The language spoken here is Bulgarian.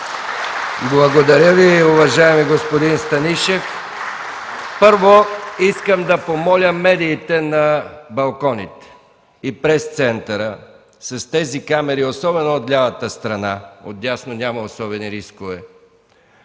Благодаря Ви, уважаеми господин Станишев! Искам да помоля медиите на балконите и Пресцентъра – с тeзи камери, особено от лявата страна, отдясно няма особени рискове,